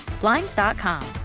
Blinds.com